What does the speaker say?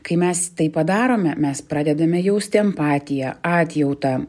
kai mes tai padarome mes pradedame jausti empatiją atjautą